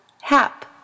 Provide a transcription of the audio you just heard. Hap